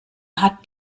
hat